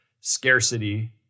scarcity